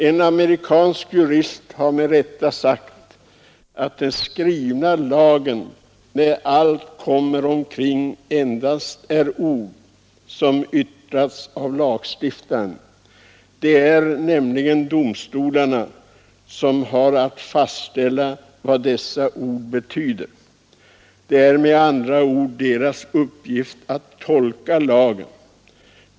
En amerikansk jurist har med rätta sagt att den skrivna lagen när allt kommer omkring endast är ord som yttrats av lagstiftaren. Det är nämligen domstolarna som har att fastställa vad dessa ord betyder. Det är med andra ord deras uppgift att tolka lagen.